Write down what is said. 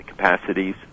capacities